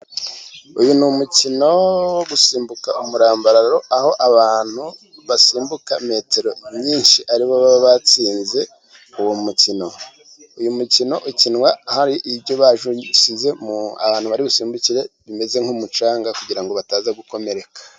Uyu ni umukino wo gusimbuka umurambararo, aho abantu basimbuka metero nyinshi aribo batsinze uwo mukino. Uyu mukino ukinwa hari ibyo basize ahantu bari busimbukire bimeze nk'umucanga, kugira ngo bataza gukomereka.